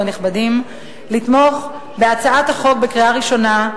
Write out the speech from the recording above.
והנכבדות לתמוך בהצעת החוק בקריאה ראשונה,